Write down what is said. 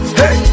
hey